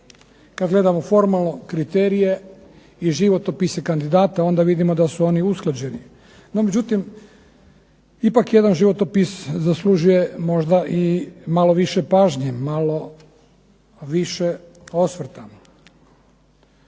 Kad gledamo formalno kriterije i životopise kandidata onda vidimo da su oni usklađeni, no međutim ipak jedan životopis zaslužuje možda i malo više pažnje, malo više osvrta.